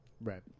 right